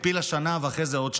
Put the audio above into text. העפילה שנה ואחרי זה עוד שנה,